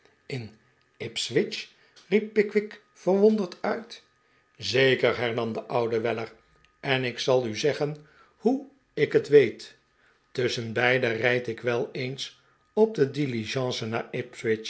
in ipswich riep pickwick verwonderd uit zeker hernam de oude weller en ik zal u zeggen hoe ik het weet tusschenbeide rijd ik wel eens op de diligence naar